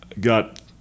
got